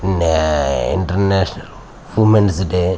న్యా international women's day